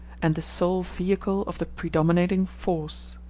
and the sole vehicle of the predominating force.